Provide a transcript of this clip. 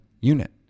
unit